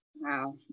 Wow